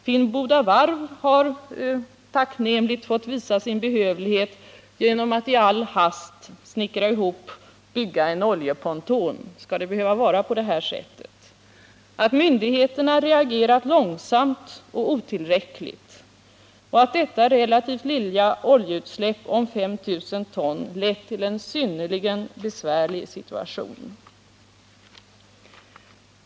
Finnboda Varv har tacknämligt fått visa sin behövlighet genom att i all hast bygga en oljeponton. Skall det behöva vara på det här sättet, att myndigheterna reagerat långsamt och otillräckligt och att detta relativt lilla oljeutsläpp om 5 000 ton lett till en synnerligen besvärlig situation?